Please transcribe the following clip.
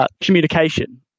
communication